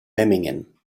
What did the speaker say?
memmingen